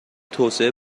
توسعه